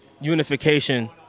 unification